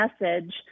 message